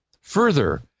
Further